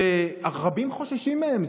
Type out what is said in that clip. שרבים חוששים מהם.